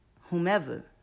whomever